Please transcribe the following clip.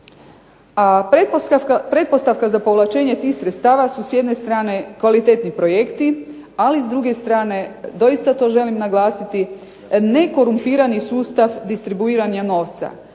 Pretpostavka za povlačenje tih sredstava su s jedne strane kvalitetni projekti, ali s druge strane, doista to želim naglasiti, nekorumpirani sustav distribuiranja novca,